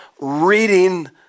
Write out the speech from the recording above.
reading